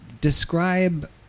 Describe